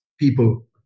people